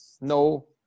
no